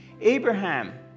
Abraham